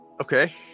Okay